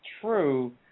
true